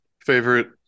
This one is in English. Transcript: Favorite